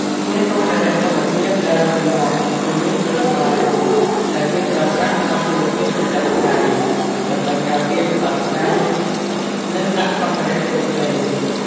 ជាសម្ភារៈធម្មជាតិដែលរឹងមាំ និងងាយស្រួលត្បាញ ដែលគេប្រើប្រាស់ក្នុងជីវភាពប្រចាំថ្ងៃ ដើម្បីការពារកម្ដៅថ្ងៃ និងដាក់សម្ភារៈផ្សេងៗ។